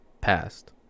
passed